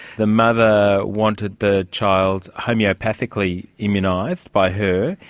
the mother wanted the child homoeopathically immunised by her,